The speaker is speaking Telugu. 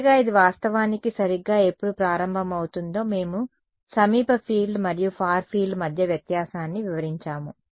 చివరగా ఇది వాస్తవానికి సరిగ్గా ఎప్పుడు ప్రారంభమవుతుందో మేము సమీప ఫీల్డ్ మరియు ఫార్ ఫీల్డ్ మధ్య వ్యత్యాసాన్ని వివరించాము